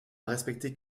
respecter